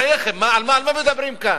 בחייכם, על מה מדברים כאן?